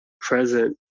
present